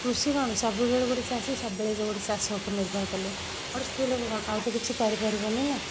କୃଷି କ'ଣ ସବୁବେଳେ ଗୋଟେ ଚାଷୀ ସବୁବେଳେ ଯେଉଁଠି ଚାଷ ଉପରେ ନିର୍ଭର କଲେ ଗୋଟେ ସ୍ତ୍ରୀଲୋକ କ'ଣ ଆଉ ତ କିଛି କରିପାରିବନି ନା